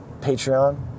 Patreon